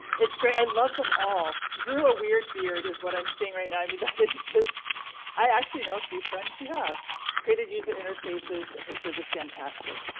it's great. i love them all. grew a weird beard is what i'm saying right now. i mean that is just i actually know a few friends who have created user interface is ah just fantastic.